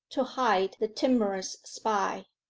to hide the timorous spy.